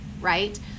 right